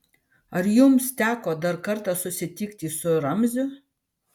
ar jums teko dar kartą susitikti su ramziu